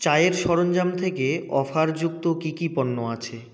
চায়ের সরঞ্জাম থেকে অফারযুক্ত কী কী পণ্য আছে